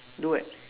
do what